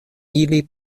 ili